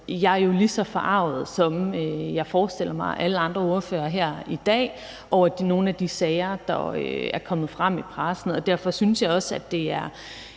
jo er lige så forarget, som jeg forestiller mig at alle andre ordførere her i dag er, over nogle af de sager, der er kommet frem i pressen. Derfor synes jeg også, at det er